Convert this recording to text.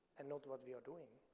and not what we are doing.